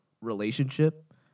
relationship